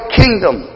kingdom